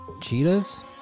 cheetahs